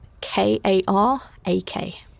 K-A-R-A-K